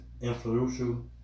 influential